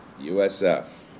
USF